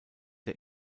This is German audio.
der